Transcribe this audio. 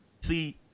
See